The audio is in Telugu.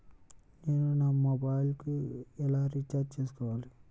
నేను నా మొబైల్కు ఎలా రీఛార్జ్ చేసుకోవాలి?